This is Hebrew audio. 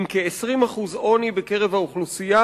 עם כ-20% עוני בקרב האוכלוסייה,